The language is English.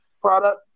product